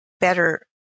better